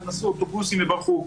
אז נסעו אוטובוסים וברחו.